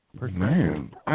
Man